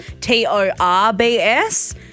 T-O-R-B-S